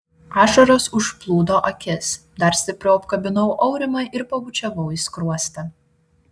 ašaros užplūdo akis dar stipriau apkabinau aurimą ir pabučiavau į skruostą